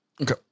Okay